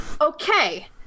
Okay